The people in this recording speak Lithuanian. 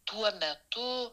tuo metu